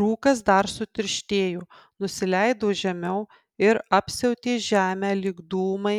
rūkas dar sutirštėjo nusileido žemiau ir apsiautė žemę lyg dūmai